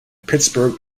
pittsburgh